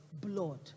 blood